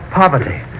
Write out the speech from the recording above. poverty